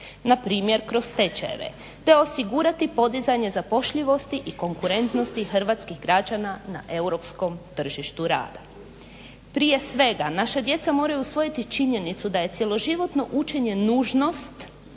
na primjer kroz tečajeve, te osigurati podizanje zapošljivosti i konkurentnosti hrvatskih građana na europskom tržištu rada. Prije svega naša djeca moraju usvojiti činjenicu da je cjeloživotno učenje nužnost